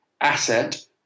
asset